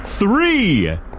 Three